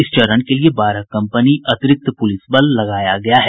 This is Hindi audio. इस चरण के लिये बारह कंपनी अतिरिक्त पुलिस बल लगाया गया है